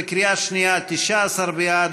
בקריאה שנייה: 19 בעד,